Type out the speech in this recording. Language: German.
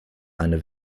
eine